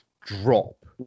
drop